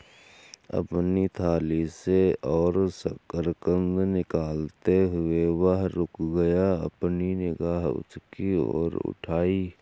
अपनी थाली से और शकरकंद निकालते हुए, वह रुक गया, अपनी निगाह उसकी ओर उठाई